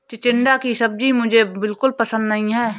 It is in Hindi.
चिचिण्डा की सब्जी मुझे बिल्कुल पसंद नहीं है